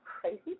crazy